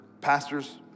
pastors